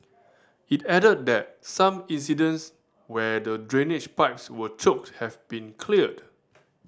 it added that some incidents where the drainage pipes were choked have been cleared